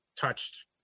touched